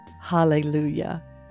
Hallelujah